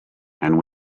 and